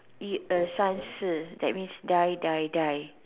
一二三四: yi er san si that means die die die